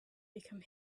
become